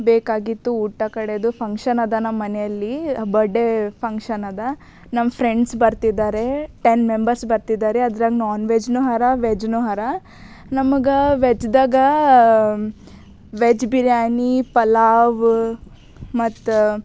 ಬೇಕಾಗಿತ್ತು ಊಟ ಕಡೆದು ಫಂಕ್ಷನ್ ಅದ ನಮ್ಮನೇಲಿ ಬಡ್ಡೆ ಫಂಕ್ಷನ್ ಅದ ನಮ್ಮ ಫ್ರೆಂಡ್ಸ್ ಬರ್ತಿದ್ದಾರೆ ಟೆನ್ ಮೆಂಬರ್ಸ್ ಬರ್ತಿದ್ದಾರೆ ಅದ್ರಾಗ ನಾನ್ ವೆಜ್ನೂ ಹರ ವೆಜ್ನೂ ಹರ ನಮಗೆ ವೆಜ್ದಾಗ ವೆಜ್ ಬಿರ್ಯಾನಿ ಪಲಾವ ಮತ್ತು